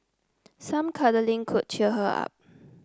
some cuddling could cheer her up